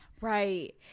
Right